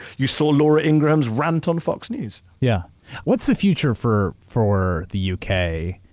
you saw laura ingraham's rant on fox news. yeah what's the future for for the u. k.